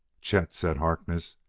chet! said harkness,